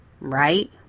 right